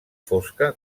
fosca